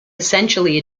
essentially